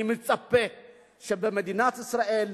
אני מצפה שבמדינת ישראל,